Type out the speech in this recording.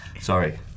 Sorry